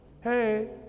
hey